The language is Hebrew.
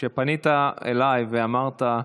כשפנית אליי ואמרת: